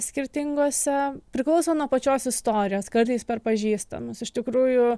skirtingose priklauso nuo pačios istorijos kartais per pažįstamus iš tikrųjų